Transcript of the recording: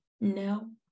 No